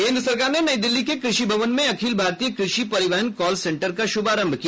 केन्द्र सरकार ने नई दिल्ली के कृषि भवन में अखिल भारतीय कृषि परिवहन कॉल सेंटर का शुभारंभ किया